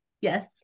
yes